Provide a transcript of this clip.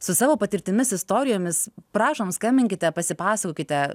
su savo patirtimis istorijomis prašom skambinkite pasipasakokite